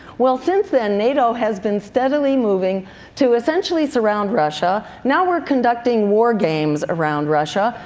well since then, nato has been steadily moving to essentially surround russia. now we are conducting wargames around russia.